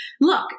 look